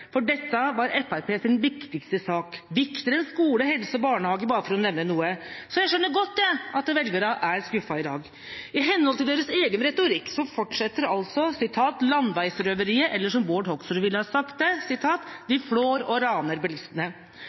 for dette var Fremskrittspartiets viktigste sak. Det var viktigere enn skole, helse og barnehage, for å nevne noe. Så jeg skjønner godt at velgerne er skuffet i dag. I henhold til deres egen retorikk fortsetter altså «landeveisrøveriet», eller som Bård Hoksrud ville ha sagt det: «De flår og raner bilistene.»